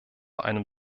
einem